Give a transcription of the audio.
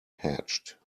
hatched